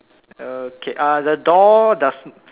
okay uh the door does